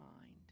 mind